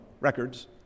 records